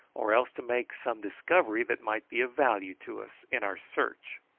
or else to make some discovery that might be of value to us in our search.